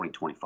2025